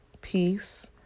peace